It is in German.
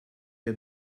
der